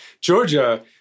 Georgia